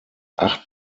acht